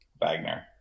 Wagner